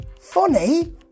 Funny